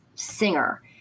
singer